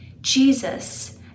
Jesus